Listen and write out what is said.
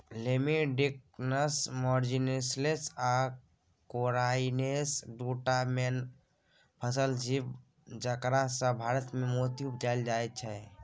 Lamellidens मार्जिनलीस आ कोराइएनस दु टा मेन मसल जीब जकरासँ भारतमे मोती उपजाएल जाइ छै